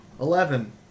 Eleven